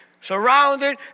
surrounded